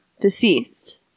deceased